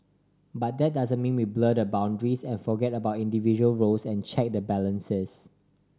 but that doesn't mean we blur the boundaries and forget about individual roles and check the balances